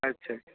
ᱟᱪᱪᱷᱟ ᱟᱪᱪᱷᱟ